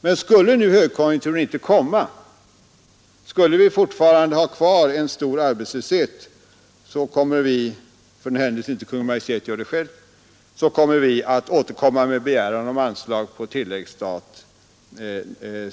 Men skulle högkonjunkturen inte komma, och om vi fortfarande skulle ha kvar en stor arbetslöshet, så återkommer vi senare — för den händelse Kungl. Maj:t inte gör det själv — med begäran om anslag på tilläggsstat.